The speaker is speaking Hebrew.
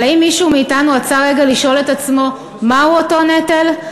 אבל האם מישהו מאתנו עצר רגע לשאול את עצמו מהו אותו נטל?